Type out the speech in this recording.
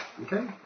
Okay